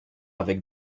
avec